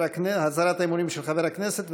הצהרת האמונים של חבר הכנסת,